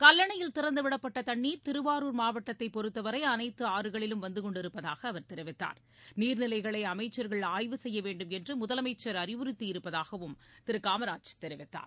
கல்லனையில் திறந்துவிடப்பட்டதண்ணீர் திருவாரூர் மாவட்டத்தைபொறுத்தவரைஅனைத்துஆறுகளிலும் வந்துகொண்டிருப்பதாகஅவர் தெரிவித்தார் நீர்நிலைகளைஅமைச்சர்கள் ஆய்வு செய்யவேண்டும் என்றுமுதலமைச்சர் அறிவறுத்தி இருப்பதாகவும் திருகாமராஜ் தெரிவித்தார்